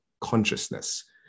consciousness